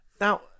Now